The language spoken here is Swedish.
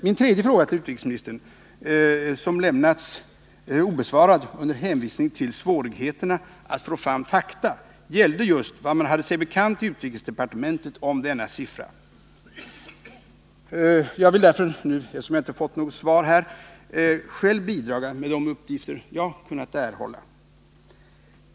Min tredje fråga till utrikesministern, som lämnats obesvarad under hänvisning till svårigheterna att få fram fakta, gällde just vad man i utrikesdepartementet hade sig bekant om denna uppgift. Eftersom jag inte fått något svar vill jag själv bidraga med de uppgifter jag kunnat erhålla.